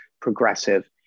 progressive